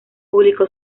publicó